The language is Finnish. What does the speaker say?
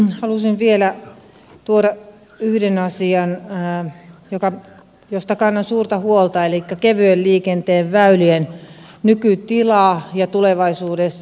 halusin vielä tuoda yhden asian josta kannan suurta huolta elikkä kevyen liikenteen väylien nykytilan ja tulevaisuuden